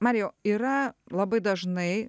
marijau yra labai dažnai